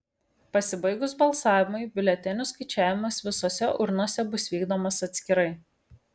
pasibaigus balsavimui biuletenių skaičiavimas visose urnose bus vykdomas atskirai